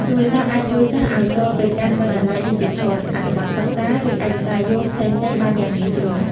ទូរស័ព្ទអាចជួយសិស្សឲ្យចូលទៅកាន់បណ្ណាល័យឌីជីថល អត្ថបទសិក្សា ឬឯកសារយោងផ្សេងៗបានយ៉ាងងាយស្រួល។